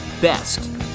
best